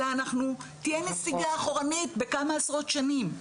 אלא תהיה נסיגה אחורנית בכמה עשרות שנים.